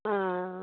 ആ